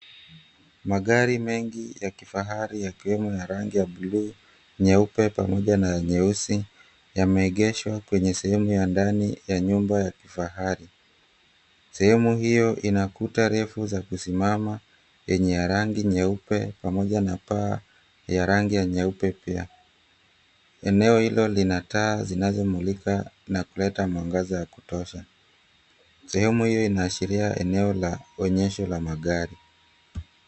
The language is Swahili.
Magari mengi ya kifahari yakiwemo ya rangi ya buluu, nyeupe pamoja na nyeusi yameegeshwa kwenye sehemu ya ndani ya nyumba ya kifahari. Sehemu hio ina kuta refu za kusimama yenye ya rangi nyeupe pamoja na paa ya rengi ya nyeupe pia. Eneo hilo lina taa zinazomulika na kuleta mwangaza wa kutosha. Sehemu hio inaashiria eneo la onyesho la magari.